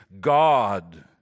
God